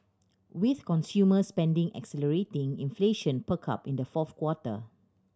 with consumer spending accelerating inflation perked up in the fourth quarter